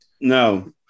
No